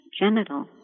genital